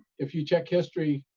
if you check history,